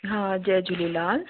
हा जय झूलेलाल